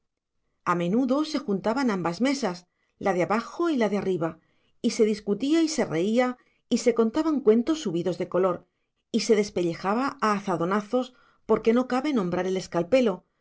a menudo se juntaban ambas mesas la de abajo y la de arriba y se discutía y se reía y se contaban cuentos subidos de color y se despellejaba a azadonazos porque no cabe nombrar el escalpelo a trampeta y a